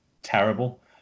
terrible